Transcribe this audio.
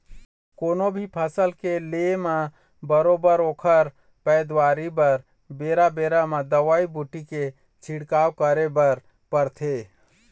कोनो भी फसल के ले म बरोबर ओखर पइदावारी बर बेरा बेरा म दवई बूटी के छिड़काव करे बर परथे